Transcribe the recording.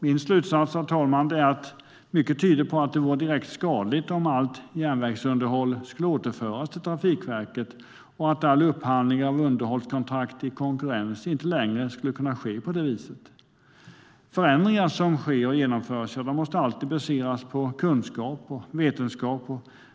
Min slutsats är därför att mycket tyder på att det vore direkt skadligt om allt järnvägsunderhåll skulle återföras till Trafikverket och om all upphandling av underhållskontrakt i konkurrens inte längre skulle kunna ske på detta sätt. Förändringar som genomförs måste alltid baseras på kunskap och vetenskap.